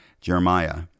Jeremiah